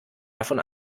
davon